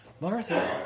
Martha